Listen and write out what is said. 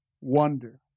wonder